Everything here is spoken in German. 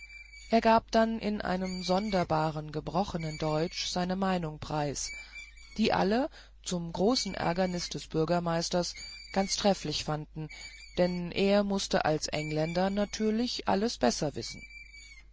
er gab dann in einem sonderbaren gebrochenen deutsch seine meinung preis die alle zum großen ärgernis des bürgermeisters ganz trefflich fanden denn er mußte als engländer natürlich alles besser wissen